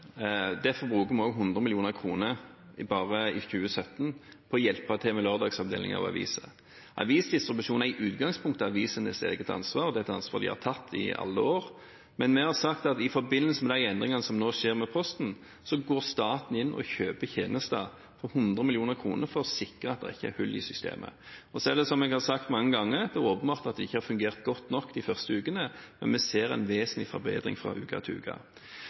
Derfor bruker vi også 100 mill. kr bare i 2017 på å hjelpe til med lørdagsomdelingen av aviser. Avisdistribusjon er i utgangspunktet avisenes eget ansvar, og det er et ansvar de har tatt i alle år. Men vi har sagt at i forbindelse med de endringene som nå skjer med Posten, går staten inn og kjøper tjenester for 100 mill. kr for å sikre at det ikke er hull i systemet. Og som jeg har sagt mange ganger, har det åpenbart ikke fungert godt nok de første ukene, men vi ser en vesentlig forbedring fra